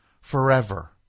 forever